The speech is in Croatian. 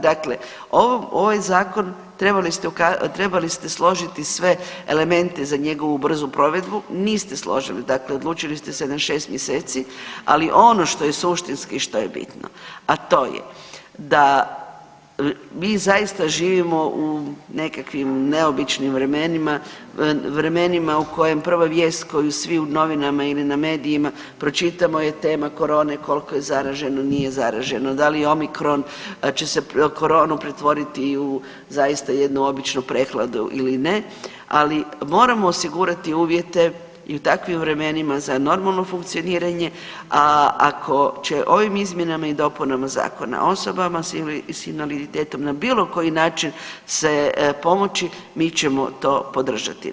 Dakle, ovaj zakon trebali ste, trebali ste složiti sve elemente za njegovu brzu provedbu, niste složili, dakle odlučili ste se na 6 mjeseci, ali ono što je suštinski što je bitno a to je mi zaista živimo u nekakvim neobičnim vremenima, vremenima u kojem prva vijest koju svi u novinama ili na medijima pročitamo je tema korone koliko je zaraženo, nije zaraženo, da li omikron će se koronu pretvoriti i u zaista jednu običnu prehladu ili ne, ali moramo osigurati uvjete i u takvim vremenima za normalno funkcioniranje, a ako će ovim izmjenama i dopunama zakona osobama s invaliditetom na bilo koji način se pomoći mi ćemo to podržati.